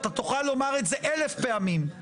אתה תוכל לומר את זה אלף פעמים,